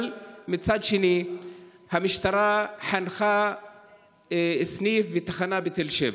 אבל מצד שני המשטרה חנכה סניף ותחנה בתל שבע,